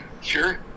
Sure